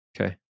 Okay